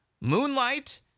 Moonlight